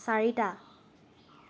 চাৰিটা